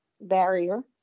barrier